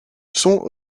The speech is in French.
sont